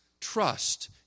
trust